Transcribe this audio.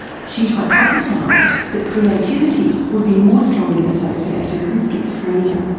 she'd hypothesised that creativity would be more strongly associated with schizophrenia.